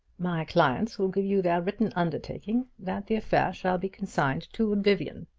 my clients will give you their written undertaking that the affair shall be consigned to oblivion.